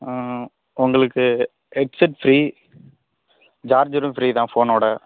உங்களுக்கு headset free சார்ஜரும் free தான் ஃபோனோடு